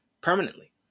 permanently